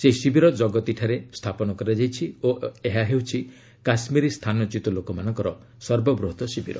ସେହି ଶିବିର ଜଗତିଠାରେ ସ୍ଥାପନ କରାଯାଇଛି ଓ ଏହା ହେଉଛି କାଶ୍ମୀରୀ ସ୍ଥାନଚ୍ୟୁତ ଲୋକମାନଙ୍କର ସର୍ବବୃହତ ଶିବିର